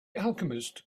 alchemist